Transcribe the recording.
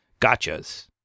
gotchas